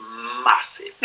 Massive